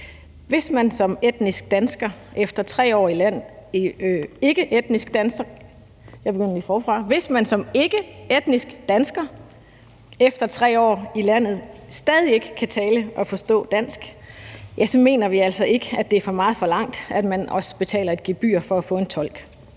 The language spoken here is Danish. Hvis man ikke er etnisk dansk og efter 3 år i landet stadig væk ikke kan tale og forstå dansk, mener vi altså ikke, at det er for meget forlangt, at man også betaler et gebyr for at få en tolk.